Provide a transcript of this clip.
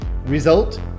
Result